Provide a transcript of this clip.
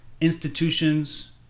institutions